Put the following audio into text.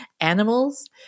animals